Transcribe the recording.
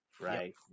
right